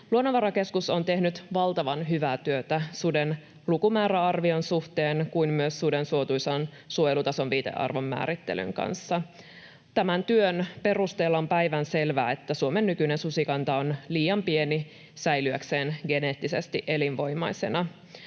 Luonnonvarakeskus on tehnyt valtavan hyvää työtä suden lukumääräarvion suhteen kuin myös suden suotuisan suojelutason viitearvon määrittelyn kanssa. Tämän työn perusteella on päivänselvää, että Suomen nykyinen susikanta on liian pieni säilyäkseen geneettisesti elinvoimaisena.